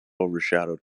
overshadow